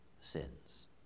sins